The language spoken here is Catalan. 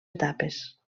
etapes